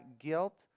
guilt